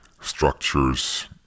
structures